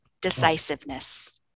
decisiveness